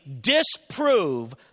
disprove